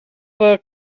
book